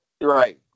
Right